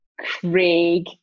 Craig